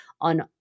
on